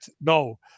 no